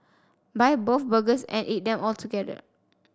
buy both burgers and eat them together